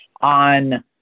on